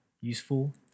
useful